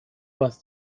was